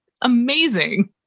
amazing